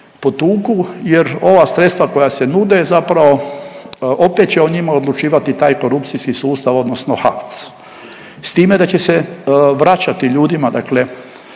potuku jer ova sredstva koja se nude zapravo opet će o njima odlučivati taj korupcijski sustav odnosno HAVC, s time da će se vraćati ljudima novac